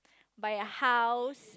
buy a house